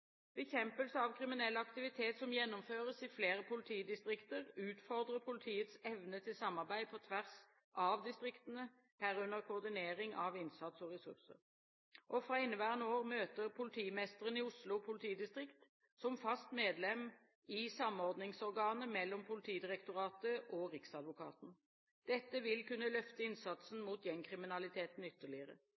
Bekjempelse av kriminell aktivitet som gjennomføres i flere politidistrikter, utfordrer politiets evne til samarbeid på tvers av distriktene, herunder koordinering av innsats og ressurser, og fra inneværende år møter politimesteren i Oslo politidistrikt som fast medlem i samordningsorganet mellom Politidirektoratet og Riksadvokaten. Dette vil kunne løfte innsatsen mot gjengkriminaliteten ytterligere.